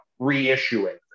reissuing